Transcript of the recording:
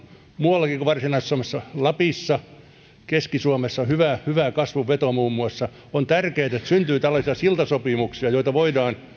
muuallakin kuin varsinais suomessa muun muassa lapissa ja keski suomessa on hyvä kasvun veto on tärkeätä että syntyy tällaisia siltasopimuksia joita voidaan